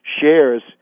shares